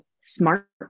smart